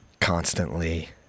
constantly